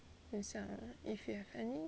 等一下 if you have any